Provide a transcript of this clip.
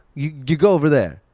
you go over there.